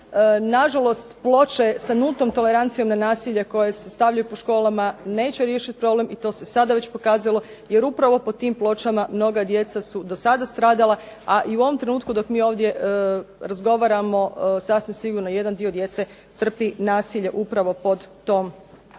Nažalost, ploče sa nultom tolerancijom na nasilje koje se stavljaju po školama neće riješiti problem i to se sada već pokazalo jer upravo pod tim pločama mnoga djeca su do sada stradala a i u ovom trenutku dok mi ovdje razgovaramo sasvim sigurno jedan dio djece trpi nasilje upravo pod tom